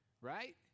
right